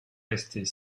rester